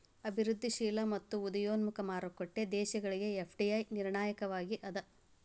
ಅಭಿವೃದ್ಧಿಶೇಲ ಮತ್ತ ಉದಯೋನ್ಮುಖ ಮಾರುಕಟ್ಟಿ ದೇಶಗಳಿಗೆ ಎಫ್.ಡಿ.ಐ ನಿರ್ಣಾಯಕವಾಗಿ ಅದ